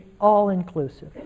all-inclusive